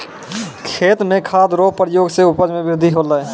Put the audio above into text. खेत मे खाद रो प्रयोग से उपज मे बृद्धि होलै